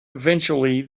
eventually